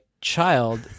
child